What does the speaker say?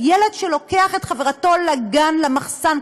של ילד שלוקח את חברתו לגן למחסן,